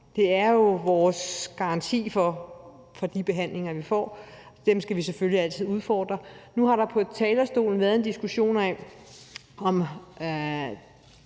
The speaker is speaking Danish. De er jo vores garanti for de behandlinger, vi får, så dem skal vi selvfølgelig altid udfordre. Nu har der her været en diskussion af,